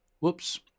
whoops